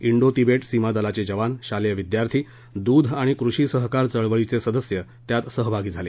Indo Tibet सीमा दलाचे जवान शालेय विद्यार्थी दूध आणि कृषी सहकार चळवळीचे सदस्य त्यात सहभागी झाले